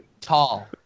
Tall